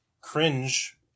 cringe